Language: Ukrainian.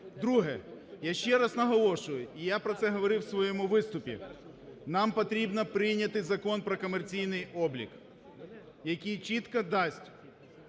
Друге. Я ще раз наголошую, і я про це говорив в своєму виступі, нам потрібно прийняти Закон про комерційний облік, який чітко дасть